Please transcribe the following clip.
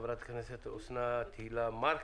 חברת הכנסת אוסנת הילה מארק,